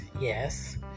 yes